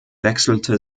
wechselte